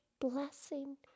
Blessing